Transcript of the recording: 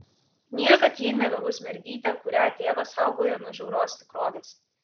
niekad ji nebebus mergytė kurią tėvas saugojo nuo žiaurios tikrovės